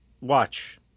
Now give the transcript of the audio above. Watch